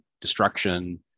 destruction